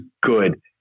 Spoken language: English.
good